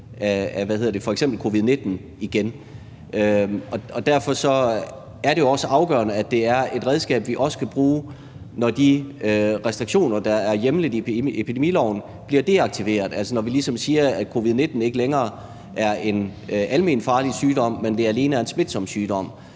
af f.eks. covid-19 igen. Derfor er det jo også afgørende, at det er et redskab, vi også kan bruge, når de restriktioner, der er hjemlet i epidemiloven, bliver deaktiveret, altså når vi ligesom siger, at covid-19 ikke længere er en alment farlig sygdom, men at det alene er en smitsom sygdom.